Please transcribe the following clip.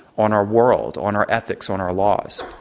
on our world. on our ethics. on our laws.